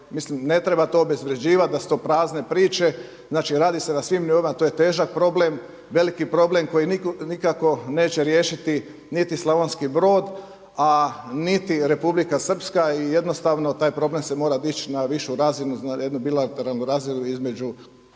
ne treba to obezvrjeđivati da su to prazne priče. Znači radi se na svim nivoima. To je težak problem, veliki problem koji nikako neće riješiti niti Slavonski Brod, a niti Republika Srpska i jednostavno taj problem se mora dići na višu razinu, jednu bilateralnu razinu i